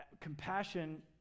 compassion